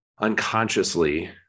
unconsciously